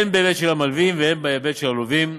הן בהיבט של המלווים והן בהיבט של הלווים,